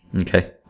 Okay